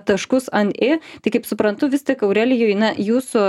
taškus an i tik kaip suprantu vis tik aurelijui na jūsų